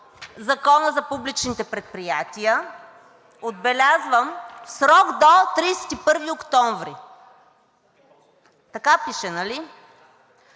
Закона за публичните предприятия – отбелязвам, в срок до 31 октомври. Така пише, нали?!